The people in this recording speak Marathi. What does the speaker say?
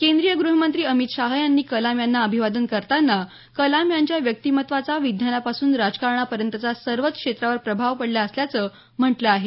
केंद्रीय गृहमंत्री अमित शहा यांनी कलाम यांना अभिवादन करताना कलाम यांच्या व्यक्तिमत्वाचा विज्ञानापासून राजकारणापर्यंत सर्वच क्षेत्रावर प्रभाव पडला असल्याचं म्हटलं आहे